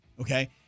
Okay